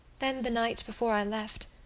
then the night before i left,